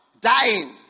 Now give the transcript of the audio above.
dying